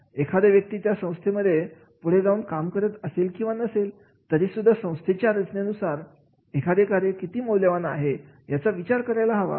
एखादा व्यक्ती त्या संस्थेमध्ये पुढे जाऊन काम करत असेल किंवा नसेल तरीसुद्धा संस्थेच्या रचनेनुसार एखादे कार्य किती मौल्यवान आहे याचा विचार करायला हवा